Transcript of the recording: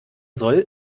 soll